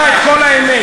אתה תשמע את כל האמת,